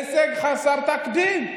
עסק חסר תקדים.